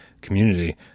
community